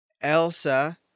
Elsa